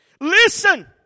Listen